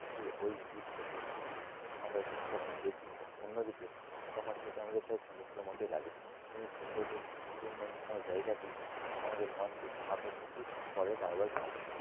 যে ওই দ্বীপ থেকে যে আমরা যখন দেখি অন্যদিকে তখন সেটা আমাদের প্রায় সমুদ্রের মতই লাগে এবং এই সৌন্দর্যপূর্ণময় জায়গাটি আমাদের মনকে আকর্ষিত করে বারবার যাওয়ার জন্য